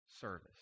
service